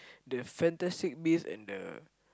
the Fantastic-Beast and the